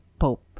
Pope